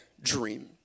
dream